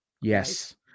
Yes